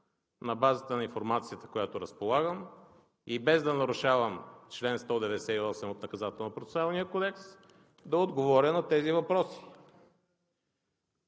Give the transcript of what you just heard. на базата на информацията, с която разполагам, и без да нарушавам чл. 198 от Наказателно-процесуалния кодекс да отговоря на тези въпроси